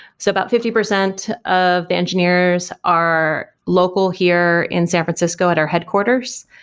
so about fifty percent of the engineers are local here in san francisco at our headquarters.